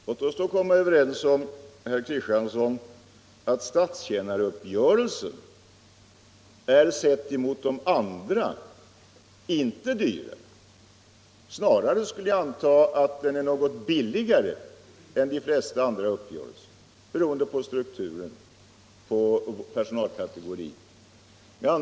Låt oss vara överens, herr Kristiansson, om att statstjänaruppgörelsen i jämförelse med de andra uppgörelserna icke är dyrast. Snarare skulle jag anta att den är något billigare än de flesta andra uppgörelser, beroende på personalkategoriernas struktur.